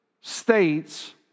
states